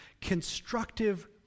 constructive